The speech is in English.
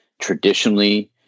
traditionally